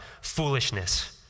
foolishness